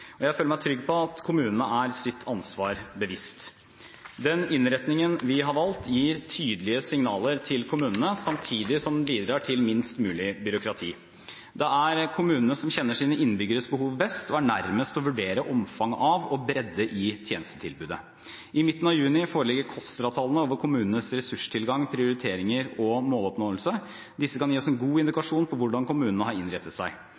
Jeg føler meg trygg på at kommunene er seg sitt ansvar bevisst. Den innretningen vi har valgt, gir tydelige signaler til kommunene, samtidig som den bidrar til minst mulig byråkrati. Det er kommunene som kjenner sine innbyggeres behov best og er nærmest til å fordele omfang av og bredde i tjenestetilbudet. I midten av juni foreligger KOSTRA-tallene over kommunenes ressurstilgang, prioriteringer og måloppnåelse. Disse kan gi oss en god indikasjon på hvordan kommunene har innrettet seg.